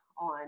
on